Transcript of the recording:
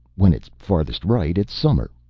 when it's farthest right it's summer.